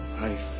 Life